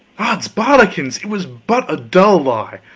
odsbodikins, it was but a dull lie,